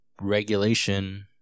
regulation